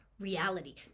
reality